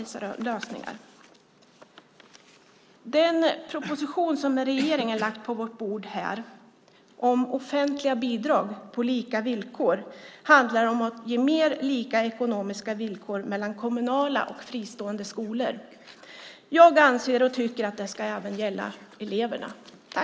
Den proposition som regeringen har lagt på vårt bord om offentliga bidrag på lika villkor handlar om att ge mer lika ekonomiska villkor mellan kommunala och fristående skolor. Jag tycker att det även ska gälla eleverna.